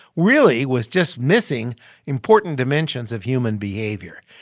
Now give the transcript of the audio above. really was just missing important dimensions of human behavior.